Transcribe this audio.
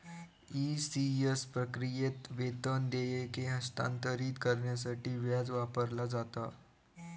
ECS प्रक्रियेत, वेतन देयके हस्तांतरित करण्यासाठी व्याज वापरला जाता